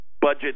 budget